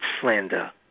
slander